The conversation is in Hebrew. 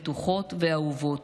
בטוחות ואהובות.